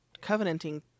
covenanting